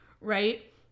right